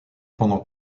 pendant